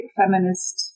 feminist